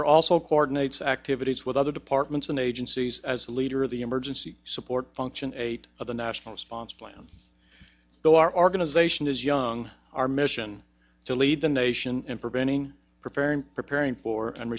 for also coordinates activities with other departments and agencies as leader of the emergency support function eight of the national sponsors plan so our organization is young our mission to lead the nation in preventing preparing preparing for